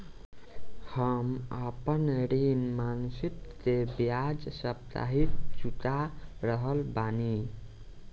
हम आपन ऋण मासिक के बजाय साप्ताहिक चुका रहल बानी